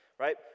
Right